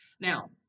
Now